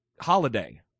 holiday